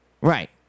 Right